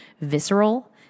visceral